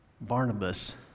Barnabas